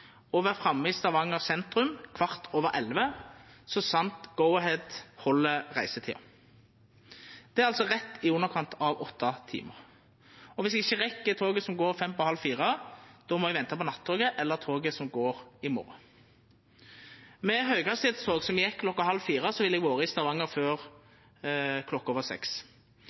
sentrum kl. 23.15, så sant Go-Ahead held reisetida. Det er altså rett i underkant av åtte timar. Viss eg ikkje rekk toget som går kl. 15.25, må eg venta på nattoget eller toget som går i morgon. Med høghastigheitstog som gjekk klokka halv fire, ville eg vore i Stavanger før klokka